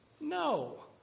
No